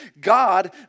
God